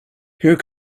here